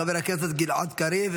חבר הכנסת גלעד קריב,